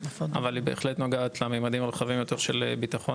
אבל היא בהחלט נוגעת לממדים הרחבים יותר של ביטחון